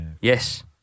Yes